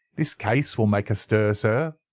this case will make a stir, sir,